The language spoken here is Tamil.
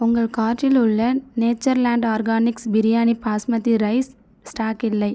உங்கள் கார்ட்டில் உள்ள Natureland Organics biryani basmati rice stock இல்லை